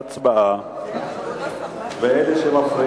ההצעה להעביר